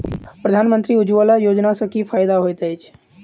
प्रधानमंत्री उज्जवला योजना सँ की फायदा होइत अछि?